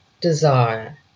desire